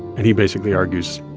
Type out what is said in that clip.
and he basically argues,